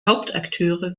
hauptakteure